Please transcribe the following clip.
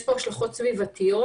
יש כאן השלכות סביבתיות.